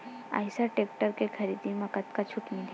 Eicher tractor के खरीदी म कतका छूट मिलही?